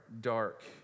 dark